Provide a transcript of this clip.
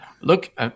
Look